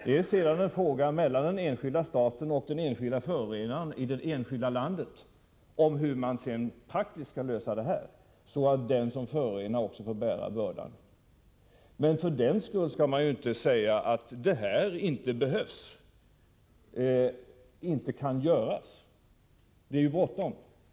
Det — Nr 24 är en fråga mellan den enskilda förorenaren och det enskilda landet om hur Fredagen den man praktiskt skall se till att den som förorenar också får bära den 9 FNS 1984 ekonomiska bördan av att minska föroreningarna. Men för den skull skall man inte säga att en internationell miljöfond inte behövs och inte kan ä dd AA - 2 ek z : Om åtgärder för att inrättas. Det är bråttom.